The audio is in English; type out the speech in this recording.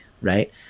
right